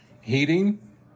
Heating